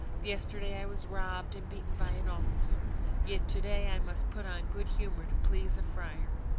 yesterday i was robbed and beaten by an officer yet to-day i must put on good humour to please a friar.